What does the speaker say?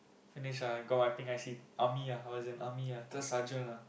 finish ah got my pink I_C army ah I was in army ah third sergeant ah